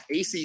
ACC